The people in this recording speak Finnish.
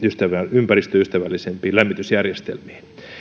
ympäristöystävällisempiin lämmitysjärjestelmiin